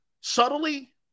Subtly